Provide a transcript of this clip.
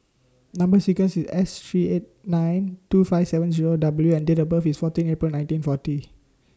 Number sequence IS S three eight nine two five seven Zero W and Date of birth IS fourteen April nineteen forty